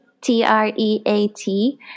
T-R-E-A-T